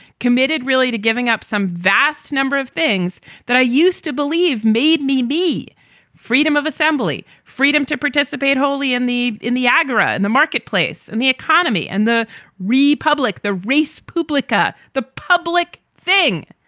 committed really to giving up some vast number of things that i used to believe made me be freedom of assembly, freedom to participate wholly in the in the agora and the marketplace and the economy. and the republic. the race. publica, the public thing.